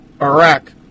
Iraq